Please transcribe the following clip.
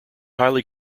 highly